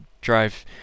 drive